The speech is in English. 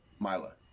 Mila